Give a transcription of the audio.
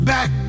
Back